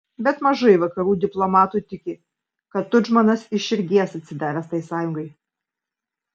bet mažai vakarų diplomatų tiki kad tudžmanas iš širdies atsidavęs tai sąjungai